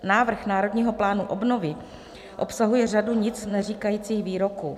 Návrh Národního plánu obnovy obsahuje řadu nicneříkajících výroků.